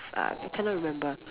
uh cannot remember